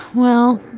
well,